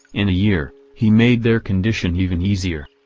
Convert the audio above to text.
in a year, he made their condition even easier.